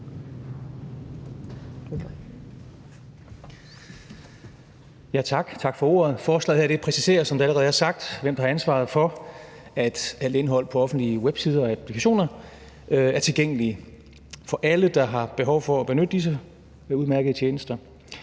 som det allerede er sagt, hvem der har ansvaret for, at alt indhold på offentlige websider og applikationer er tilgængeligt for alle, der har behov for at benytte disse udmærkede tjenester.